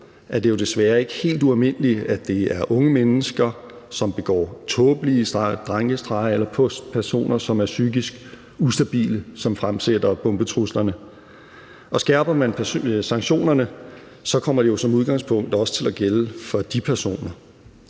er det jo desværre ikke helt ualmindeligt, at det er unge mennesker, som begår tåbelige drengestreger, eller personer, som er psykisk ustabile, som fremsætter bombetruslerne. Skærper man sanktionerne, kommer det jo som udgangspunkt også til at gælde for de personer.